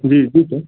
जी ठीक है